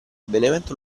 benevento